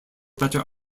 better